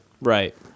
Right